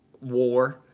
war